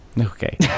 Okay